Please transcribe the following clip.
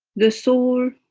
the soul,